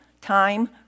time